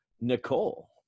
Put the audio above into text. Nicole